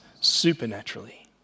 supernaturally